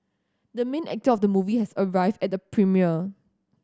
the main actor of the movie has arrived at the premiere